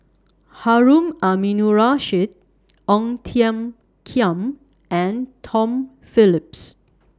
Harun Aminurrashid Ong Tiong Khiam and Tom Phillips